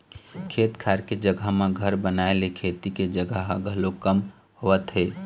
खेत खार के जघा म घर बनाए ले खेती के जघा ह घलोक कम होवत हे